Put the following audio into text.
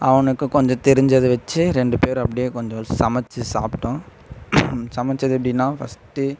அவனுக்கு கொஞ்சம் தெரிஞ்சதை வச்சு ரெண்டு பேரும் அப்படியே கொஞ்சம் சமைச்சி சாப்பிட்டோம் சமைச்சது எப்படினா ஃபர்ஸ்ட்டு